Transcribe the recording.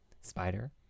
Spider